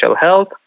health